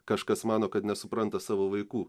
kažkas mano kad nesupranta savo vaikų